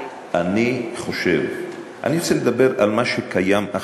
אני חושב, אני רוצה לדבר על מה שקיים עכשיו,